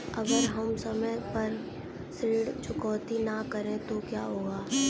अगर हम समय पर ऋण चुकौती न करें तो क्या होगा?